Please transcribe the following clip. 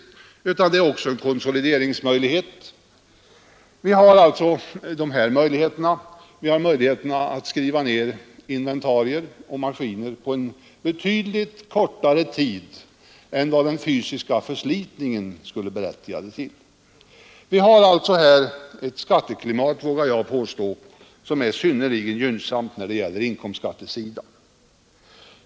Detta är också en konsolideringsmöjlighet. Vi har vidare möjligheterna att skriva ner inventarier och maskiner på en betydligt kortare tid än den fysiska förslitningen skulle berättiga till. Vi har alltså här i landet ett skatteklimat, det vågar jag påstå, som är synnerligen gynnsamt när det gäller inkomstskattesidan.